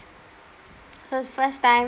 first first time